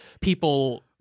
people